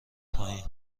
پایین